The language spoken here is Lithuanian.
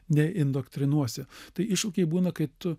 neindoktrinuosi tai iššūkiai būna kai tu